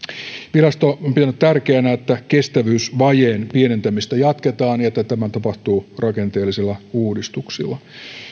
virasto on pitänyt tärkeänä että kestävyysvajeen pienentämistä jatketaan ja että tämä tapahtuu rakenteellisilla uudistuksilla